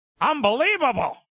Unbelievable